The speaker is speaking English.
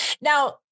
Now